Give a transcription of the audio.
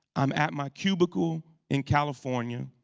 i'm at my cubicle in california